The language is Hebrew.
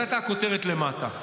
זו הייתה הכותרת למטה.